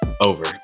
over